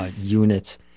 units